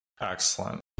Excellent